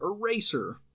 Eraser